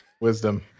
Wisdom